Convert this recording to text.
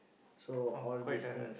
so all these things